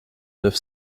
neuf